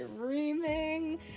screaming